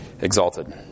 exalted